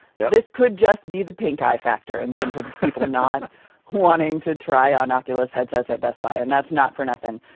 yeah this could just be the pink eye factor in terms of not wanting to try on oculus headsets at best buy, and that's not for nothing.